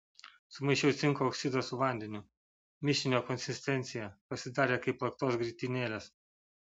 sumaišiau cinko oksidą su vandeniu mišinio konsistencija pasidarė kaip plaktos grietinėlės